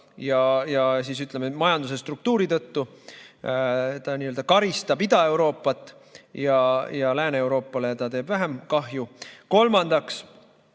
ja, ütleme, majanduse struktuuri tõttu ta karistab Ida-Euroopat ja Lääne-Euroopale ta teeb vähem kahju. Kolmandaks,